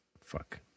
Fuck